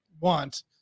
want